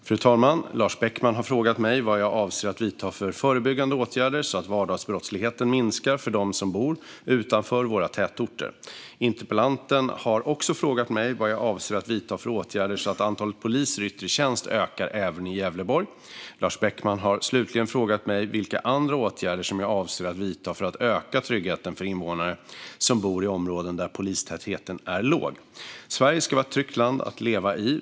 Fru talman! Lars Beckman har frågat mig vad jag avser att vidta för förebyggande åtgärder så att vardagsbrottsligheten minskar för dem som bor utanför våra tätorter. Interpellanten har också frågat vad jag avser att vidta för åtgärder så att antalet poliser i yttre tjänst ökar även i Gävleborg. Lars Beckman har slutligen frågat mig vilka andra åtgärder som jag avser att vidta för att öka tryggheten för invånare som bor i områden där polistätheten är låg. Sverige ska vara ett tryggt land att leva i.